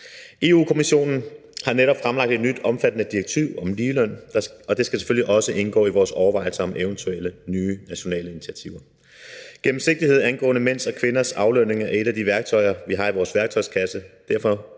Europa-Kommissionen har netop fremlagt et nyt omfattende direktiv om ligeløn, og det skal selvfølgelig også indgå i vores overvejelser om eventuelle nye nationale initiativer. Gennemsigtighed angående mænds og kvinders aflønning er et af de værktøjer, vi har i vores værktøjskasse.